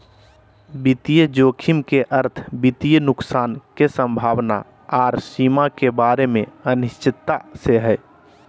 वित्तीय जोखिम के अर्थ वित्तीय नुकसान के संभावना आर सीमा के बारे मे अनिश्चितता से हय